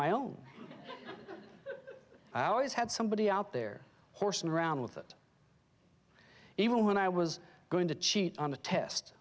my own i always had somebody out there horsing around with it even when i was going to cheat on a test